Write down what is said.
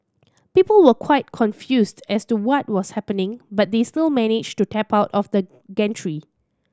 people were quite confused as to what was happening but they still managed to tap out of the gantry